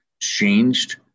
changed